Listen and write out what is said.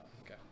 Okay